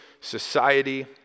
society